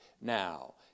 now